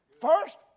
First